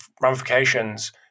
ramifications